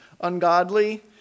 Ungodly